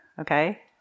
Okay